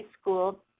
school